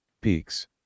Peaks